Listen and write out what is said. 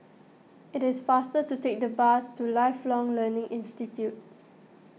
it is faster to take the bus to Lifelong Learning Institute